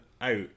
out